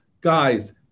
Guys